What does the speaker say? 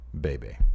baby